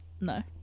No